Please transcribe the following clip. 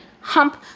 hump